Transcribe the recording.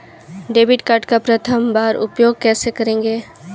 Debit card का प्रथम बार उपयोग कैसे करेंगे?